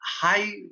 high